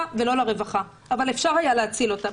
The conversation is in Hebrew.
ולא לרווחה אבל אפשר היה להציל אותה,